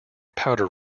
powder